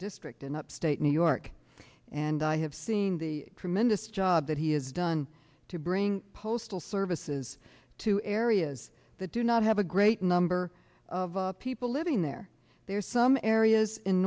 district in upstate new york and i have seen the tremendous job that he has done to bring postal services to areas that do not have a great number of people living there there's some areas in